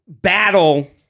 battle